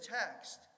text